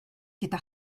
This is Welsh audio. gyda